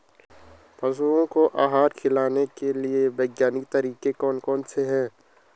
पशुओं को आहार खिलाने के लिए वैज्ञानिक तरीके कौन कौन से हैं?